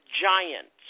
giants